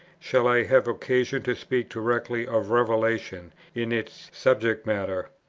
shall i have occasion to speak directly of revelation in its subject-matter,